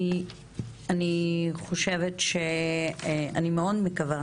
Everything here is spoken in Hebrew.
אני מאוד מקווה